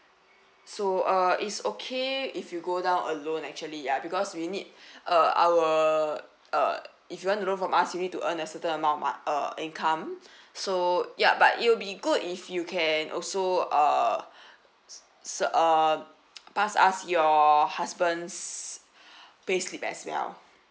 so uh it's okay if you go down alone actually ya because we need uh our uh if you want to loan from us you need to earn a certain amount mo~ uh income so yup but it'll be good if you can also uh s~ uh pass us your husband's payslip as well